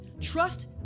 trust